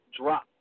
drop